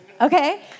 Okay